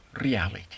reality